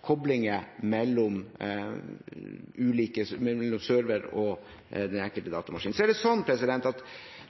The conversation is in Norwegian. koblinger mellom server og den enkelte datamaskin.